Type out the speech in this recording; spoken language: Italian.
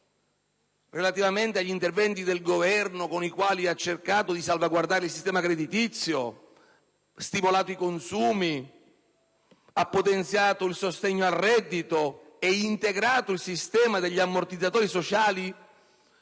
relativamente ad alcuni interventi con i quali il Governo ha cercato di salvaguardare il sistema creditizio, stimolato i consumi, potenziato il sostegno al reddito ed integrato il sistema degli ammortizzatori sociali.